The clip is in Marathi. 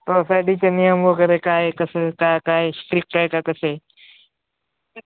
सोसायटीचं नियम वगैरे काय कसं काय काय स्ट्रिक्ट का कसे